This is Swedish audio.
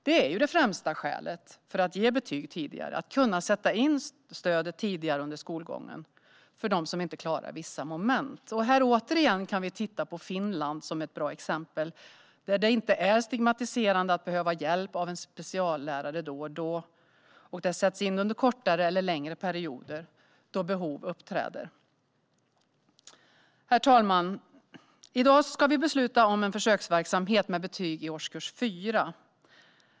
Det är ju det främsta skälet för att ge betyg tidigare: att kunna sätta in stöd tidigare under skolgången för dem som inte klarar vissa moment. Återigen kan vi titta på Finland, som är ett bra exempel. Där är det inte stigmatiserande att behöva hjälp av en speciallärare då och då, och det sätts in under kortare eller längre perioder då behov uppträder. Herr talman! I dag ska vi besluta om en försöksverksamhet med betyg i årskurs 4.